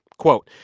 quote,